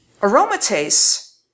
aromatase